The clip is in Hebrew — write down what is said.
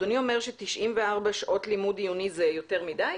אדוני אומר ש-94 שעות לימוד עיוני זה יותר מדי?